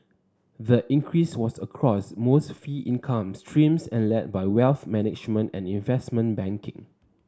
the increase was across most fee income streams and led by wealth management and investment banking